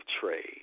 trade